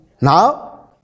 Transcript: now